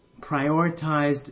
prioritized